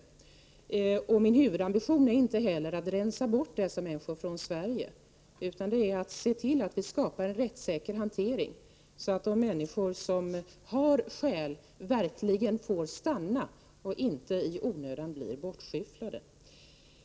Inte heller är min huvudambition att ”rensa bort” dessa människor från Sverige, utan vi bör se till att vi skapar en rättssäker hantering så att de människor som har skäl verkligen får stanna och inte i onödan blir — Prot. 1988/89:48 bortskyfflade.